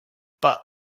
but